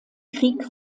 krieg